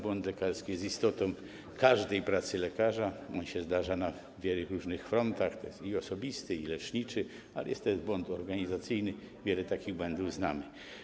Błąd lekarski jest istotą każdej pracy lekarza, on się zdarza na wielu różnych frontach, to jest błąd i osobisty, i leczniczy, ale to jest też błąd organizacyjny, wiele takich błędów znamy.